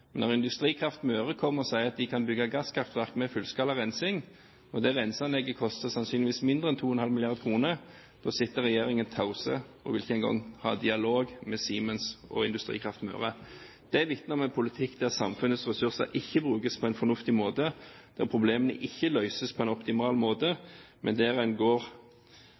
Men når Industrikraft Møre kommer og sier at de kan bygge gasskraftverk med fullskala rensing, og det renseanlegget sannsynligvis koster mindre enn 2,5 mrd. kr, sitter regjeringen taus og vil ikke engang ha dialog med Siemens og Industrikraft Møre. Det vitner om en politikk der samfunnets ressurser ikke brukes på en fornuftig måte, der problemene ikke løses på en optimal måte, men der en